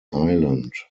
island